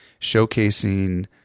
showcasing